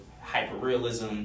hyper-realism